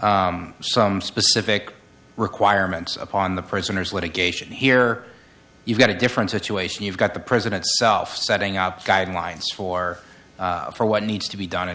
some specific requirements upon the prisoner's litigation here you've got a different situation you've got the president setting up guidelines for for what needs to be done in